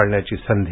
टाळण्याची संधी